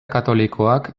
katolikoak